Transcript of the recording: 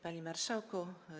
Panie Marszałku!